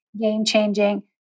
game-changing